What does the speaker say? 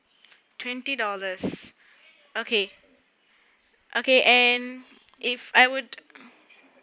twenty dollars okay okay and if I would